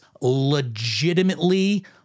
legitimately